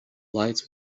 lights